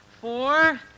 four